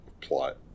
plot